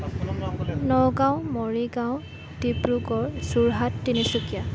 Nagaon Morigaon Dibrugarh Jorhat Tinsukia